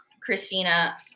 christina